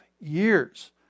years